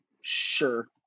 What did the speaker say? Sure